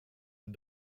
and